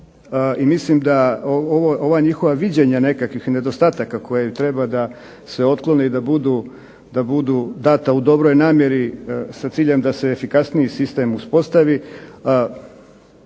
mislim da ova njihova viđenja nekakvih nedostataka koje treba da se otklone i da budu data u dobroj namjeri sa ciljem da se efikasniji sistem uspostavi,